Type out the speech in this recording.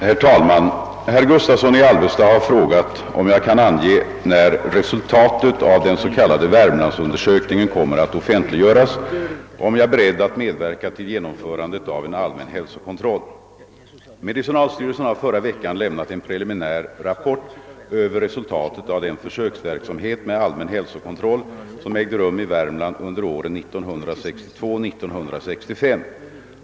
Herr talman! Herr Gustavsson i Alvesta har frågat om jag kan ange när resultatet av den s.k. Värmlandsundersökningen kommer att offentliggöras och om jag är beredd att medverka till genomförandet av en allmän hälsokontroll. Medicinalstyrelsen har förra veckan lämnat en preliminär rapport över resultatet av den försöksverksamhet med allmän hälsokontroll som ägde rum i Värmland under åren 1962—1965.